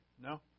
No